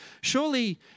Surely